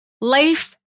life